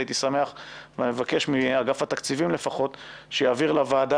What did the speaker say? הייתי שמח ומבקש מאגף התקציבים לפחות שיעביר לוועדה